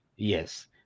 Yes